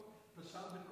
אני אספר פה